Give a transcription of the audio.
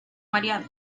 mareado